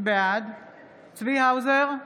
בעד צבי האוזר,